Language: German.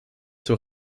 zur